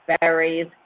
berries